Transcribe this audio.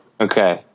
Okay